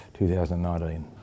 2019